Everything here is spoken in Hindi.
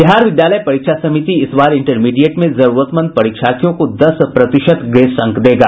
बिहार विद्यालय परीक्षा समिति इस बार इंटरमीडिएट में जरूरतमंद परीक्षार्थियों को दस प्रतिशत ग्रेस अंक देगा